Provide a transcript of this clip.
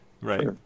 Right